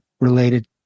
related